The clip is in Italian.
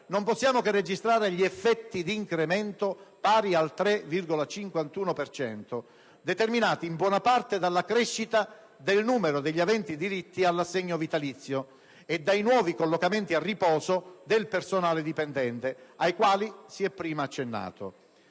non possiamo che registrare gli effetti di incremento, pari al 3,51 per cento, determinati in buona parte dalla crescita del numero degli aventi diritti all'assegno vitalizio e dai nuovi collocamenti a riposo del personale dipendente ai quali si è prima accennato.